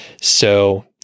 So-